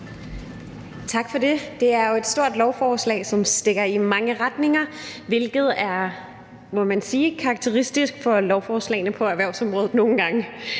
Tak for det. Det er jo et stort lovforslag, som stikker i mange retninger, hvilket, må man sige, nogle gange er karakteristisk for lovforslagene på erhvervsområdet. Man